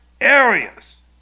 areas